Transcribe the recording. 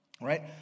right